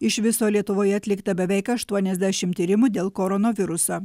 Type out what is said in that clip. iš viso lietuvoje atlikta beveik aštuoniasdešimt tyrimų dėl koronaviruso